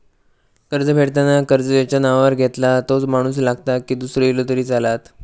कर्ज फेडताना कर्ज ज्याच्या नावावर घेतला तोच माणूस लागता की दूसरो इलो तरी चलात?